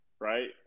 Right